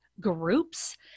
groups